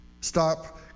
stop